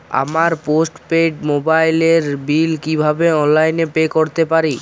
আমার postpaid মোবাইলের bill কীভাবে অনলাইনে পে করতে পারি?